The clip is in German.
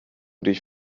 dich